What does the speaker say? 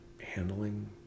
handling